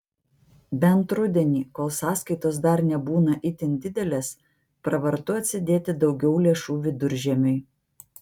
bent rudenį kol sąskaitos dar nebūna itin didelės pravartu atsidėti daugiau lėšų viduržiemiui